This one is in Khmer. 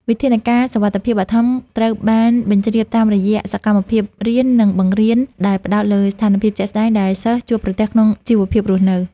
វិធានការសុវត្ថិភាពបឋមត្រូវបានបញ្ជ្រាបតាមរយៈសកម្មភាពរៀន និងបង្រៀនដែលផ្ដោតលើស្ថានភាពជាក់ស្ដែងដែលសិស្សជួបប្រទះក្នុងជីវភាពរស់នៅ។